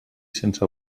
sense